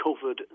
covered